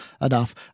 enough